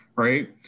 right